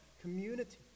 community